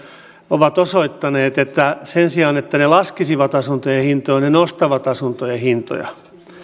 ovat osoittaneet että sen sijaan että ne laskisivat asuntojen hintoja ne nostavat asuntojen hintoja